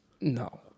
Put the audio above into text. No